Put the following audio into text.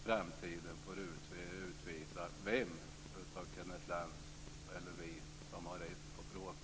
Framtiden får utvisa om Kenneth Lantz eller vi i Vänsterpartiet har rätt i den frågan.